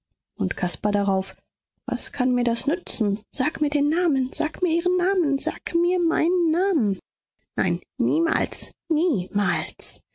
und caspar darauf was kann mir das nützen sag mir den namen sag mir ihren namen sag mir meinen namen nein niemals niemals